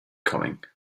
coming